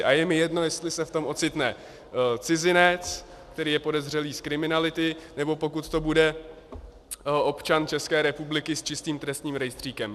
A je mi jedno, jestli se v tom ocitne cizinec, který je podezřelý z kriminality, nebo pokud to bude občan České republiky s čistým trestním rejstříkem.